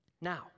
Now